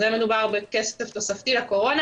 כאן מדובר בכסף תוספתי לקורונה.